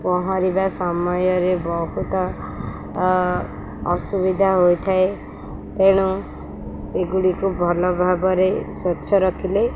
ପହଁରିବା ସମୟରେ ବହୁତ ଅସୁବିଧା ହୋଇଥାଏ ତେଣୁ ସେଗୁଡ଼ିକୁ ଭଲ ଭାବରେ ସ୍ୱଚ୍ଛ ରଖିଲେ